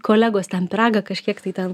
kolegos ten pyragą kažkiek tai ten